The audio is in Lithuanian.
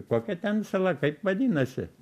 kokia ten sala kaip vadinasi